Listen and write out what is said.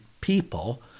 people